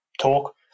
Talk